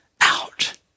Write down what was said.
out